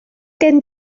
gen